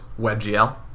WebGL